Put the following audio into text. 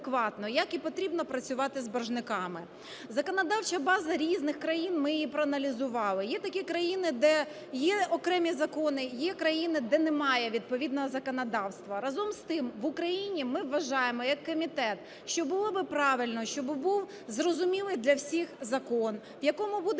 як і потрібно працювати з боржниками. Законодавча база різних країн, ми її проаналізували. Є такі країни, де є окремі закони, є країни, де немає відповідного законодавства. Разом з тим, в Україні ми вважаємо як комітет, що було би правильно, щоб був зрозумілий для всіх закон, в якому буде